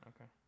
Okay